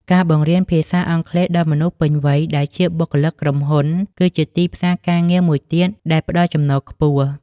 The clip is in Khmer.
ការបង្រៀនភាសាអង់គ្លេសដល់មនុស្សពេញវ័យដែលជាបុគ្គលិកក្រុមហ៊ុន គឺជាទីផ្សារការងារមួយទៀតដែលផ្តល់ចំណូលខ្ពស់។